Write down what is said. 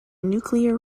nuclear